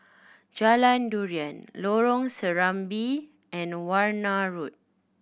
Jalan Durian Lorong Serambi and the Warna Road